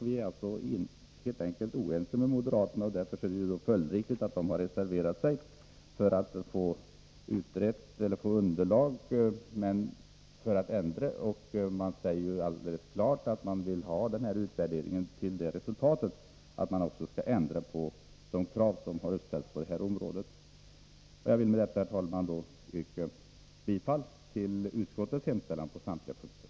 Vi är helt enkelt oense med moderaterna. Därför är det följdriktigt att de har reserverat sig. Moderaterna vill få fram underlag för att bedöma normernas betydelse, och de säger alldeles klart att de vill att utvärderingen skall ge till resultat att man ändrar de uppställda kraven. Jag vill med detta, herr talman, yrka bifall till utskottets hemställan på samtliga punkter.